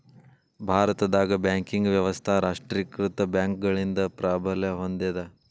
ಭಾರತದಾಗ ಬ್ಯಾಂಕಿಂಗ್ ವ್ಯವಸ್ಥಾ ರಾಷ್ಟ್ರೇಕೃತ ಬ್ಯಾಂಕ್ಗಳಿಂದ ಪ್ರಾಬಲ್ಯ ಹೊಂದೇದ